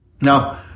Now